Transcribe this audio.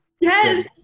Yes